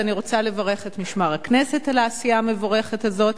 אז אני רוצה לברך את משמר הכנסת על העשייה המבורכת הזאת,